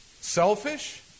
Selfish